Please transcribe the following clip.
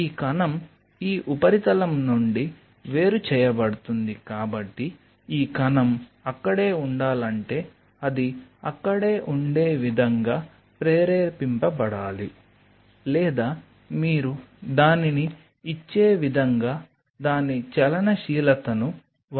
ఈ కణం ఈ ఉపరితలం నుండి వేరు చేయబడుతుంది కాబట్టి ఈ కణం అక్కడే ఉండాలంటే అది అక్కడ ఉండే విధంగా ప్రేరేపింపబడాలి లేదా మీరు దానిని ఇచ్చే విధంగా దాని చలనశీలతను వంచాలి